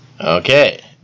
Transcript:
Okay